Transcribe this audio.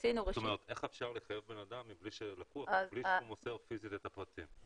איך אפשר לחייב בן אדם מבלי שהוא מוסר פיזית את הפרטים?